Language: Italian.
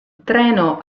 treno